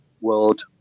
world